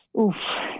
Oof